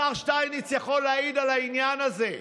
השר שטייניץ יכול להעיד על העניין הזה.